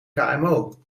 kmo